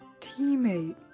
teammate